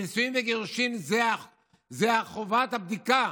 נישואים וגירושים זה חובת הבדיקה.